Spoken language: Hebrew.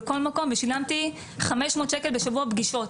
בכל מקום ושילמתי 500 ₪ בשבוע פגישות